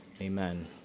Amen